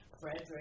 Frederick